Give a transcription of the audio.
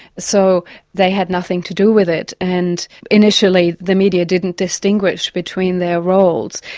so they had nothing to do with it, and initially the media didn't distinguish between their roles,